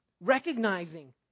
Recognizing